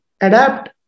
adapt